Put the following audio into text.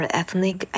ethnic